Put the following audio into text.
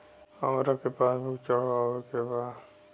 हमरा के पास बुक चढ़ावे के बा?